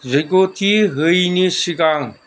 जैग'थि होयैनि सिगां